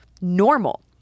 Normal